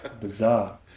bizarre